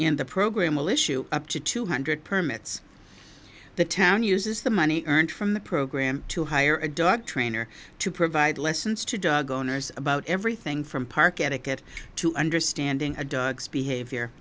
in the program will issue up to two hundred permits the town uses the money earned from the program to hire a dog trainer to provide lessons to dog owners about everything from park attic it to understanding a dog's behavior